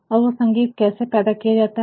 और वो संगीत कैसे पैदा किया जाता है